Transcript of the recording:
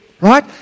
Right